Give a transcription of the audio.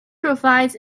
provides